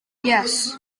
yes